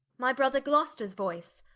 my brother gloucesters voyce?